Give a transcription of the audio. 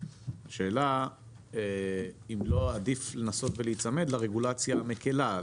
אז השאלה אם לא עדיף לנסות ולהיצמד לרגולציה המקלה.